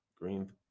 Green